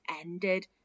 ended